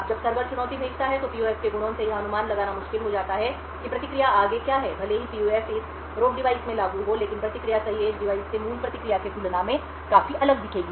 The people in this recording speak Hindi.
अब जब सर्वर चुनौती भेजता है तो PUF के गुणों से यह अनुमान लगाना मुश्किल हो जाता है कि प्रतिक्रिया आगे क्या होगी भले ही PUF इस बागे डिवाइस में लागू हो लेकिन प्रतिक्रिया सही एज डिवाइस से मूल प्रतिक्रिया की तुलना में काफी अलग दिखेगी